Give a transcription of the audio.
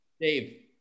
Dave